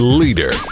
leader